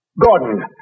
Gordon